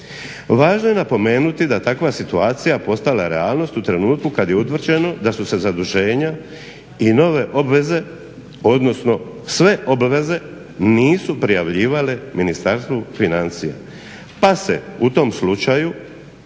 Važno je napomenuti da je takva situacija postala realnost u trenutku kad je utvrđeno da su se zaduženja i nove obveze, odnosno sve obaveze nisu prijavljivale Ministarstvu financija pa se u tom slučaju